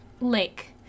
lake